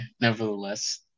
nevertheless